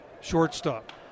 shortstop